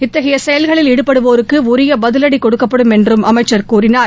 இத்தகைய செயல்களில் ஈடுபடுவோருக்கு உரிய பதிவடி கொடுக்கப்படும் என்றும் அமைச்சர் கூறினார்